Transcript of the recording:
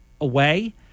away